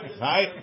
right